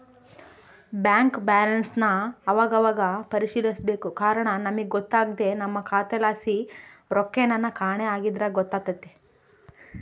bank ಬ್ಯಾಲನ್ಸನ್ ಅವಾಗವಾಗ ಪರಿಶೀಲಿಸ್ಬೇಕು ಕಾರಣ ನಮಿಗ್ ಗೊತ್ತಾಗ್ದೆ ನಮ್ಮ ಖಾತೆಲಾಸಿ ರೊಕ್ಕೆನನ ಕಾಣೆ ಆಗಿದ್ರ ಗೊತ್ತಾತೆತೆ